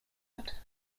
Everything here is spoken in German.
hat